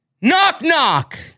Knock-knock